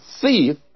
thief